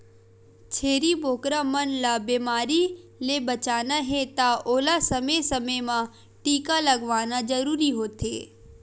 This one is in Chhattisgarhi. छेरी बोकरा मन ल बेमारी ले बचाना हे त ओला समे समे म टीका लगवाना जरूरी होथे